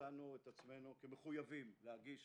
מצאנו עצמנו מחויבים להגיש